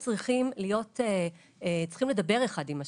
צריכים לדבר אחד עם השני.